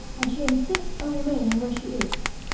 and she insists on remaining where she is.